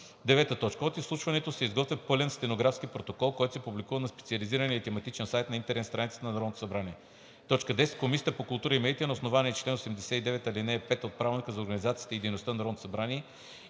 10 минути. 9. От изслушването се изготвя пълен стенографски протокол, който се публикува на специализирания тематичен сайт на интернет страницата на Народното събрание. 10. Комисията по културата и медиите на основание чл. 89, ал. 5 от Правилника за организацията и дейността на Народното събрание